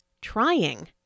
trying